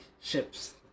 ships